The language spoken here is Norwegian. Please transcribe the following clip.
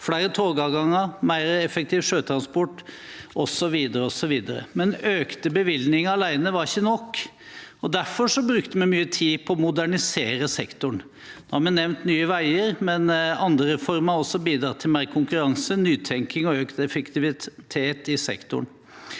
flere togavganger, mer effektiv sjøtransport osv. Men økte bevilgninger alene var ikke nok, og derfor brukte vi mye tid på å modernisere sektoren. Jeg har nevnt Nye veier, men andre reformer har også bidratt til mer konkurranse, nytenking og økt effektivitet i sektoren.